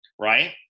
right